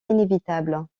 inévitable